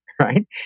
right